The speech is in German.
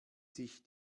sich